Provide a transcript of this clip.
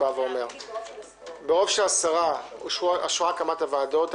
ברוב של 10 אושרו הקמת הוועדות.